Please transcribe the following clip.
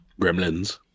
Gremlins